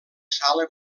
sala